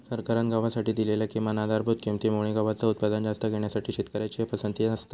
सरकारान गव्हासाठी दिलेल्या किमान आधारभूत किंमती मुळे गव्हाचा उत्पादन जास्त घेण्यासाठी शेतकऱ्यांची पसंती असता